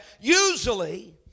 usually